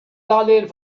darlehen